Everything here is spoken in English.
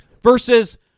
versus